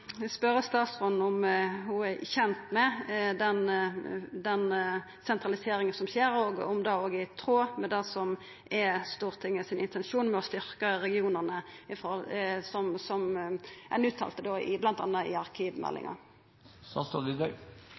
statsråden om ho er kjend med den sentraliseringa som skjer, og om det er i tråd med det som er Stortinget sin intensjon om å styrkja regionane, som ein uttalte bl.a. i arkivmeldinga. Statsråden leser det som står i